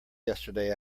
yesterday